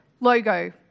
logo